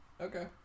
Okay